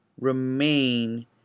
remain